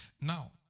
Now